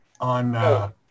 on